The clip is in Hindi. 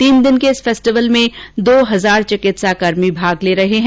तीन दिन के इस फेस्टिवल में दो हजार चिकित्साकर्मी भाग ले रहे है